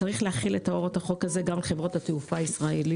אבל צריך להחיל את הוראות החוק הזה גם על חברות התעופה הישראליות.